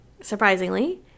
surprisingly